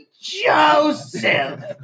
Joseph